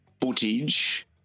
footage